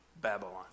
Babylon